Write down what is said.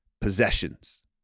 possessions